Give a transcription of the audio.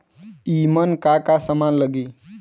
ईमन का का समान लगी?